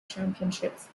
championships